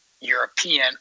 European